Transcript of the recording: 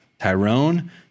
Tyrone